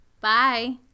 Bye